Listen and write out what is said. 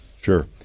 Sure